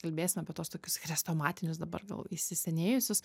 kalbėsime apie tuos tokius chrestomatinius dabar gal įsisenėjusius